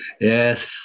Yes